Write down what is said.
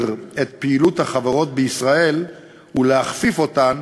את פעילות החברות בישראל ולהכפיף אותן